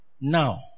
Now